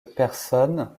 personnes